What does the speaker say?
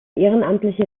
ehrenamtliche